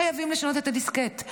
חייבים לשנות את הדיסקט.